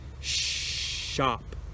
SHOP